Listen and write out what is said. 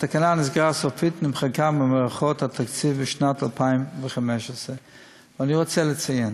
התקנה נסגרה סופית ונמחקה ממערכות התקציב בשנת 2015. אני רוצה לציין